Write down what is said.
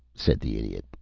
said the idiot.